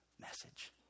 message